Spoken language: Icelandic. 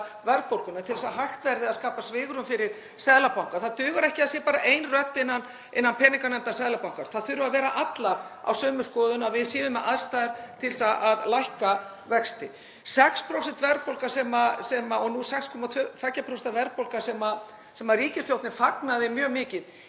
verðbólguna til þess að hægt verði að skapa svigrúm fyrir Seðlabankann. Það dugar ekki að það sé bara ein rödd innan peninganefndar Seðlabankans. Þær þurfa að vera allar á sömu skoðun, að við séum með aðstæður til að lækka vexti. 6% verðbólga, og nú 6,2% verðbólga, sem ríkisstjórnin fagnaði mjög mikið